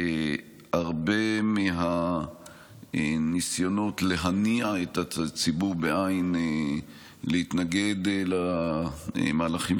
בהרבה מהניסיונות להניע את הציבור להתנגד למהלכים